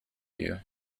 you